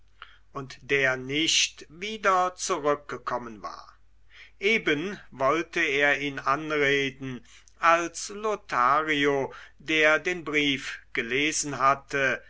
und der nicht wieder zurückgekommen war eben wollte er ihn anreden als lothario der den brief gelesen hatte